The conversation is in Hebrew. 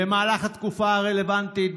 במהלך התקופה הרלוונטית,